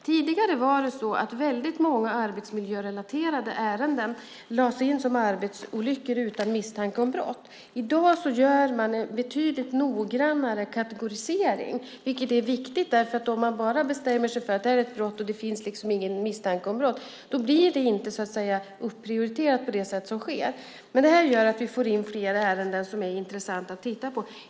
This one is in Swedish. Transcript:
Tidigare lades väldigt många arbetsmiljörelaterade ärenden in som arbetsolyckor utan misstanke om brott. I dag gör man en betydligt noggrannare kategorisering, vilket är viktigt. Om man bara bestämmer sig för att det inte finns någon misstanke om brott blir det inte upprioriterat på det sätt som sker. Men det här gör att vi får in fler ärenden som är intressanta att titta på.